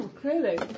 Clearly